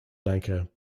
lanka